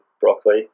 broccoli